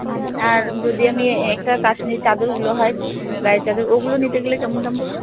হুম আর যদি আমি একটা কাশ্মীরি চাদরগুলো হয় গায়ের চাদর ওগুলো নিতে গেলে কেমন দাম পড়বে